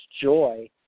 joy